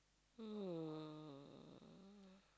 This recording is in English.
um